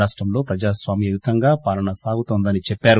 రాష్టంలో ప్రజాస్వామ్యుతంగా పాలన సాగుతున్న దని చెప్పారు